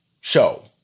show